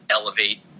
elevate